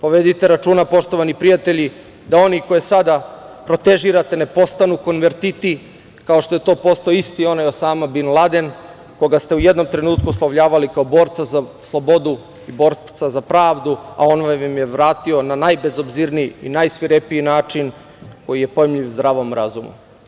Povedite računa poštovani prijatelji da oni koje sada protežirate, ne postanu konvertiti, kao što to postoji onaj isti Osama Bin Laden, koga ste u jednom trenutku oslovljavali kao borca za slobodu, borca za pravdu, a on vam je vratio na najbezobzirniji i najsvirepiji način koji je nepojmljiv i zdravom razumu.